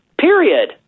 period